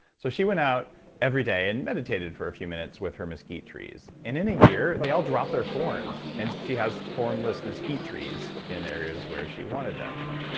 so she went out every day and meditated for a few minutes with her mesquite trees. in in a year, they all dropped their thorns. and she has thornless mesquite trees in areas where she wanted them. i'm like,